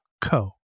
co